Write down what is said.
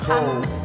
Cold